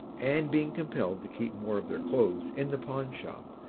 and being compelled to keep more of their clothes in the pawnshop,